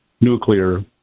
nuclear